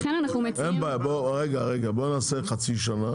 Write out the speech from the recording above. בוא נעשה חצי שנה